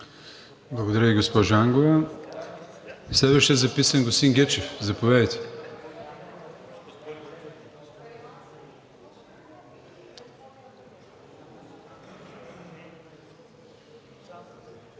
Благодаря Ви, госпожо Ангова. Следващият записан е господин Гечев. Заповядайте.